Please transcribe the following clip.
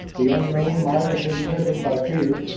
the unknown might have been driven by fear,